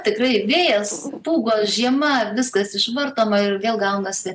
tikrai vėjas pūgos žiema viskas išvartoma ir vėl gaunasi